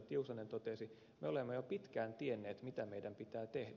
tiusanen totesi me olemme jo pitkään tienneet mitä meidän pitää tehdä